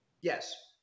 Yes